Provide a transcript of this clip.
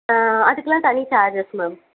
ஆ அதுக்கெலாம் தனி charges ma'am